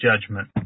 judgment